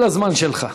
כל הזמן שלך.